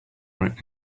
right